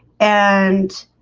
and